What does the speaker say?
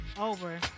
over